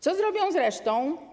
Co zrobią z resztą?